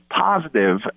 Positive